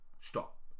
stop